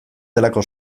delako